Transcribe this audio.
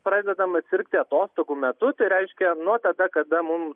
pradedam sirgti atostogų metu tai reiškia nu tada kada mum